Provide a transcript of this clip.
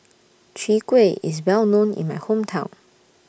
Chwee Kueh IS Well known in My Hometown